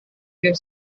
your